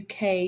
UK